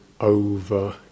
over